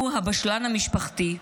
הוא הבשלן המשפחתי,